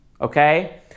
okay